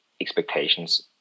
expectations